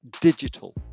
digital